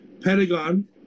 Pentagon